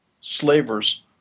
slavers